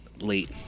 late